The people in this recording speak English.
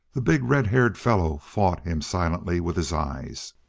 the big, red-haired fellow fought him silently with his eyes.